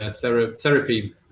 therapy